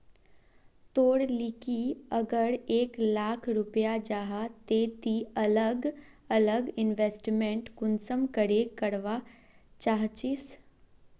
तोर लिकी अगर एक लाख रुपया जाहा ते ती अलग अलग इन्वेस्टमेंट कुंसम करे करवा चाहचिस?